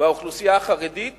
באוכלוסייה החרדית